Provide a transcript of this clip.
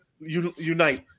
unite